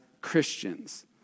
Christians